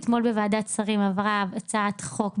אתמול בוועדת שרים עברה הצעת חוק,